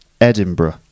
Edinburgh